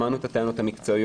שמענו את הטענות המקצועיות,